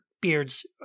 beards